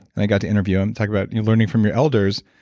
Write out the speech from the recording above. and i got to interview him. talk about learning from your elders.